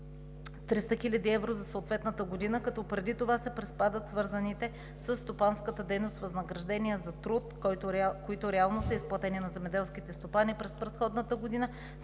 300 хил. евро за съответната година, като преди това се приспадат свързаните със стопанската дейност възнаграждения за труд, които реално са изплатени на земеделските стопани през предходната година,